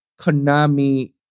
Konami